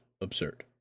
absurd